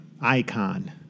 icon